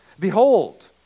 Behold